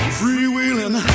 freewheeling